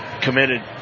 committed